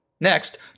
Next